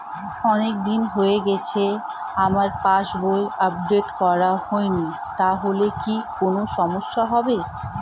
অনেকদিন হয়ে গেছে আমার পাস বই আপডেট করা হয়নি তাহলে কি কোন সমস্যা হবে?